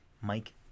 Mike